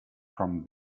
from